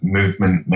movement